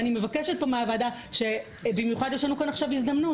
ואני מבקשת פה מהוועדה שבמיוחד יש לנו כאן עכשיו הזדמנות.